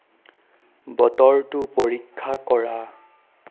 বতৰটো পৰীক্ষা কৰা